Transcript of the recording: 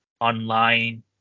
online